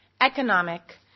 economic